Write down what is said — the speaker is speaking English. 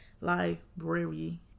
library